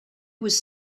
was